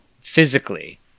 physically